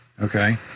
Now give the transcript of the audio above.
Okay